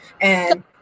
And-